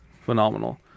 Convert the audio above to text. phenomenal